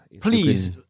Please